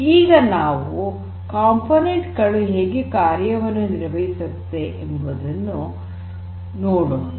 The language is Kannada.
ಈಗ ನಾವು ಈ ಉಪಕರಣಗಳು ಹೇಗೆ ಕಾರ್ಯವನ್ನು ನಿರ್ವಹಿಸುತ್ತವೆ ಎಂಬುದನ್ನು ನೋಡೋಣ